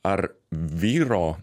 ar vyro